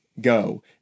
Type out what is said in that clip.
go